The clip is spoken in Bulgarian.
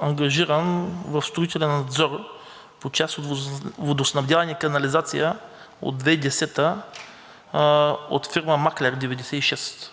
ангажиран в строителния надзор по част „Водоснабдяване и канализация“ от 2010 г. от фирма „Маклер-96“